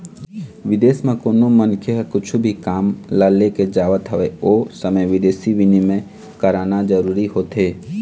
बिदेस म कोनो मनखे ह कुछु भी काम ल लेके जावत हवय ओ समे बिदेसी बिनिमय कराना जरूरी होथे